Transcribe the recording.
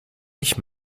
ich